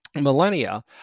millennia